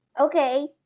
okay